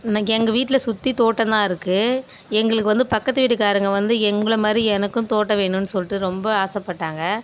இன்னைக்கு எங்கள் வீட்டில் சுற்றி தோட்டம் தான் இருக்கு எங்களுக்கு வந்து பக்கத்து வீட்டுக்காரவங்க வந்து எங்கள மாரி எனக்கும் தோட்டம் வேணும்னு சொல்லிட்டு ரொம்ப ஆசைப்பட்டாங்க